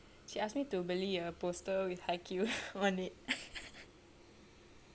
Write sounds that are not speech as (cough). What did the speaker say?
she ask me to beli a poster with haikyuu on it (laughs)